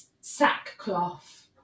sackcloth